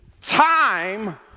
time